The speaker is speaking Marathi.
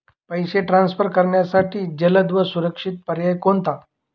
पैसे ट्रान्सफर करण्यासाठी जलद व सुरक्षित पर्याय कोणता?